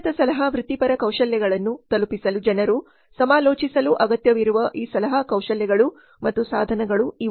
ಉನ್ನತ ಸಲಹಾ ವೃತ್ತಿಪರ ಕೌಶಲ್ಯಗಳನ್ನು ತಲುಪಿಸಲು ಜನರನ್ನು ಸಮಾಲೋಚಿಸಲು ಅಗತ್ಯವಿರುವ ಈ ಸಲಹಾ ಕೌಶಲ್ಯಗಳು ಮತ್ತು ಸಾಧನಗಳು ಇವು